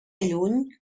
lluny